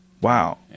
Wow